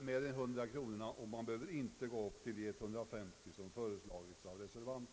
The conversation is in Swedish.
med 100 kronor, och man behöver inte gå till 150 som reservanterna föreslagit.